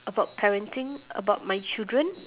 about parenting about my children